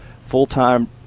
full-time